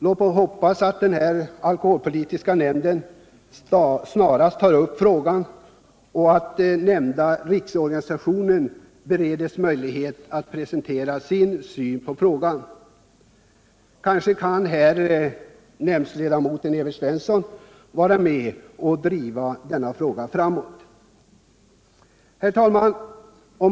Låt oss hoppas att den alkoholpolitiska nämnden snarast tar upp frågan och att de nämnda riksorganisationerna bereds möjlighet att presentera sin syn på den! Kanske kan delegationsledamoten Evert Svensson vara med om att här driva frågan framåt? Herr talman!